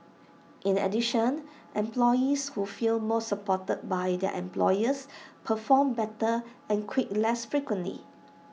in addition employees who feel more supported by their employers perform better and quit less frequently